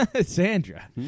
Sandra